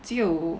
只有